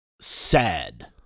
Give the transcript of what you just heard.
sad